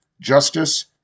justice